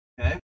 Okay